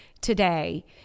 today